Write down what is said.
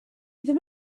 ddim